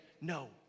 no